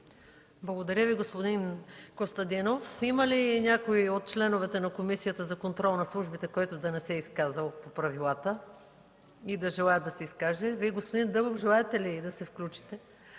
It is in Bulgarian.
Благодаря Ви, господин Костадинов. Има ли някой от членовете на Комисията за контрол на службите, който да не се е изказал по правилата и да желае да се изкаже? Вие, господин Дъбов, желаете ли да се включите?